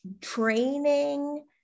training